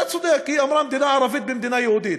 אתה צודק, היא אמרה מדינה ערבית ומדינה יהודית.